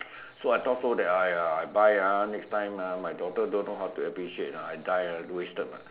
so I thought so that I I buy ah next time ah my daughter don't know how to appreciate ah I die ah wasted mah